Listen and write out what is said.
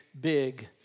big